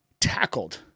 tackled